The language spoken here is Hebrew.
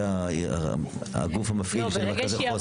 זה הגוף המפעיל של מרכזי חוסן.